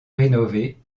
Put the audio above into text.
rénové